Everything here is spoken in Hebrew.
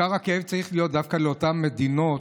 הכאב צריך להיות בעיקר דווקא לאותן מדינות